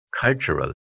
Cultural